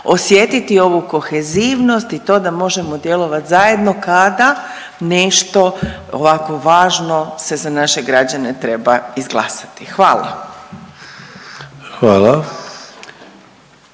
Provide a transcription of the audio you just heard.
osjetiti ovu kohezivnost i to da možemo djelovat zajedno kada nešto ovako važno se za naše građane treba izglasati, hvala.